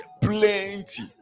plenty